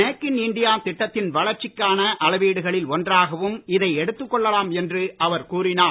make in India திட்டத்தின் வளர்ச்சிக்கான அளவீடுகளில் ஒன்றாகவும் இதை எடுத்து கொள்ளலாம் என்றும் அவர் கூறினார்